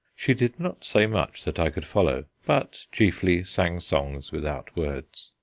she did not say much that i could follow, but chiefly sang songs without words.